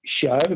show